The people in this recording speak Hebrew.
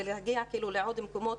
ולהגיע לעוד מקומות,